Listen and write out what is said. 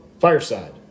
Fireside